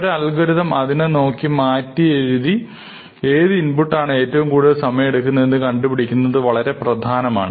ഒരു അൽഗോരിതം നോക്കി അതിനെ മാറ്റിയെഴുതി ഏത് ഇൻപുട്ട് ആണ് ഏറ്റവും കൂടുതൽ സമയമെടുക്കുന്നത് എന്ന് കണ്ടുപിടിക്കുന്നത് വളരെ പ്രധാനമാണ്